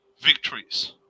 Victories